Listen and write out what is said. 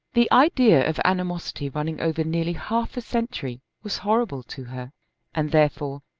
the idea of animosity running over nearly half a century was horrible to her and therefore,